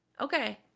Okay